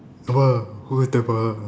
!wah! who's the